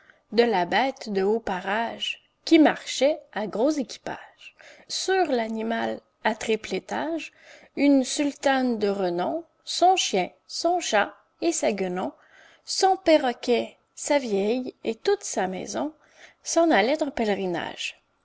de la bête de haut parage qui marchait à gros équipage sur l'animal à triple étage une sultane de renom son chien son chat et sa guenon son perroquet sa vieille et toute sa maison s'en allait en pèlerinage